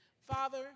Father